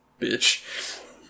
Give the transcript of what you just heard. bitch